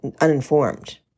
uninformed